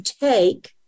take